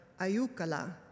ayukala